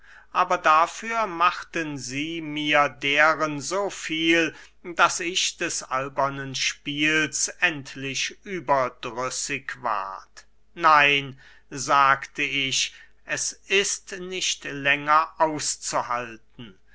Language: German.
aber dafür machten sie mir deren so viel daß ich des albernen spiels endlich überdrüssig ward nein sagte ich es ist nicht länger auszuhalten